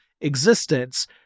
existence